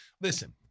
Listen